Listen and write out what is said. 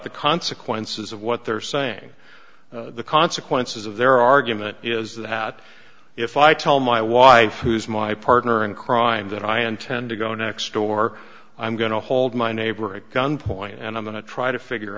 the consequences of what they're saying the consequences of their argument is that if i tell my wife who's my partner in crime that i intend to go next door i'm going to hold my neighbor at gunpoint and i'm going to try to figure